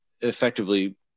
effectively